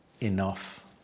enough